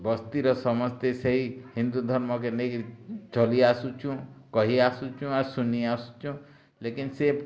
ବସ୍ତିର ସମସ୍ତେ ସେଇ ହିନ୍ଦୁ ଧର୍ମ କେ ନେଇକି ଚଲି ଆସୁଁଛୁ କହି ଆସୁଁଛୁ ଆଉ ସୁନି ଆସୁଁଛୁ ଲେକିନ୍ ସେ